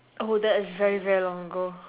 that is very very long ago